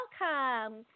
Welcome